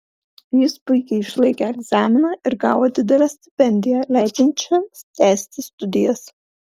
jis puikiai išlaikė egzaminą ir gavo didelę stipendiją leidžiančią tęsti studijas